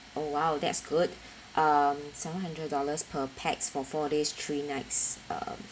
oh !wow! that's good um seven hundred dollars per pax for four days three nights uh